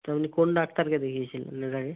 তা আপনি কোন ডাক্তারকে দেখিয়েছিলেন এর আগে